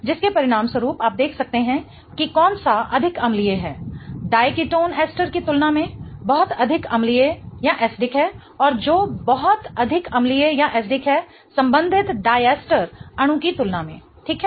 जिसके परिणामस्वरूप आप देख सकते हैं कि कौन सा अधिक अम्लीय है डाइकेटोन एस्टर की तुलना में बहुत अधिक अम्लीय है और जो बहुत अधिक अम्लीय है संबंधित डायस्टर अणु की तुलना में ठीक है